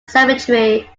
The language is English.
cemetery